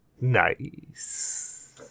Nice